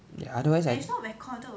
ya otherwise I